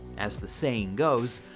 as the saying goes,